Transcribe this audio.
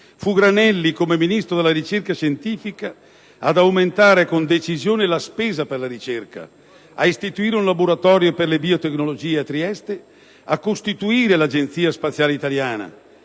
Fu Granelli, come Ministro della ricerca scientifica, ad aumentare con decisione la spesa per la ricerca, a istituire un laboratorio per le biotecnologie a Trieste, a costituire l'Agenzia spaziale italiana,